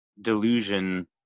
delusion